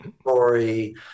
story